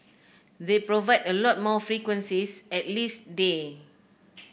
they provide a lot more frequencies at least day